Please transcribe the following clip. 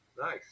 Nice